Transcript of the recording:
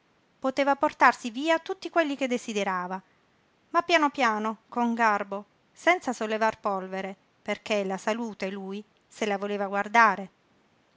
poteva portarsi via tutti quelli che desiderava ma pian piano con garbo senza sollevar polvere perché la salute lui se la voleva guardare